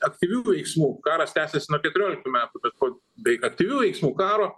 aktyvių veiksmų karas tęsias nuo keturioliktų metų bet po beik aktyvių veiksmų karo